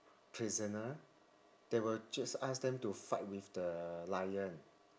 prisoner they will just ask them to fight with the lion